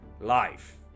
life